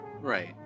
Right